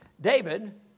David